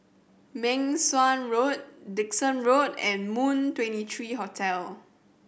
Meng Suan Road Dickson Road and Moon Twenty three Hotel